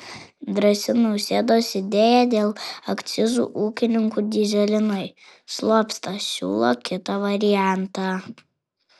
drąsi nausėdos idėja dėl akcizų ūkininkų dyzelinui slopsta siūlo kitą variantą